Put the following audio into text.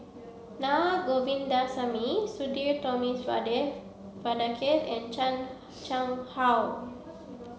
Naa Govindasamy Sudhir Thomas Vadaketh and Chan Chang How